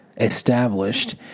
established